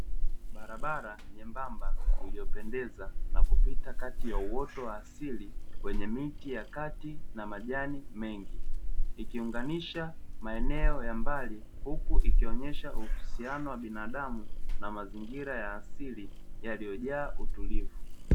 Barabara nyembamba iliyopendeza na kupita kati ya uoto wa asili wenye miti ya kati na majani mengi, ikiunganisha maeneo ya mbali, huku ikionyesha uhusiano wa binadamu na mazingira ya asili yaliyoja utulivu.